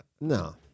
No